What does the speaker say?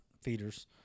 feeders